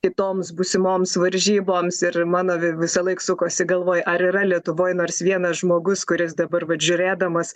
kitoms būsimoms varžyboms ir mano vi visąlaik sukosi galvoj ar yra lietuvoj nors vienas žmogus kuris dabar vat žiūrėdamas